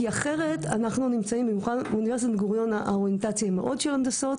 אחת התוכניות שאנחנו מובילים לשנה הבאה עוסקת חזק מאוד בנושא של עידוד